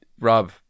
Rob